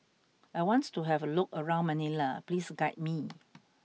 I want to have a look around Manila please guide me